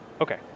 Okay